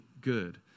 good